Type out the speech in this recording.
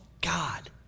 God